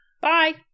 Bye